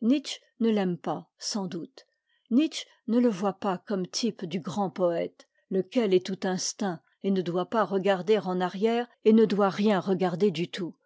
nietzsche ne l'aime pas sans doute nietzsche ne le voit pas comme type du grand poète lequel est tout instinct et ne doit pas regarder en arrière et ne doit rien regarder du tout